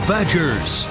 Badgers